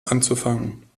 anzufangen